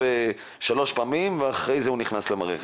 שלוש פעמים ואחרי זה הוא נכנס למערכת.